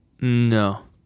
no